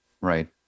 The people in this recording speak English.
Right